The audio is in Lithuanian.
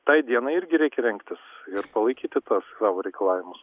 tai diena irgi reikia rengtis ir palaikyti tuos savo reikalavimus